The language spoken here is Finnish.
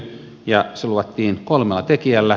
se luvattiin kolmella tekijällä